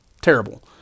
terrible